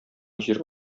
җир